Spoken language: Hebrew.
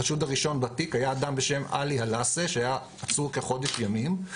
החשוד הראשון בתיק היה אדם בשם עלי עלאסה שהיה עצור כחודש ימים,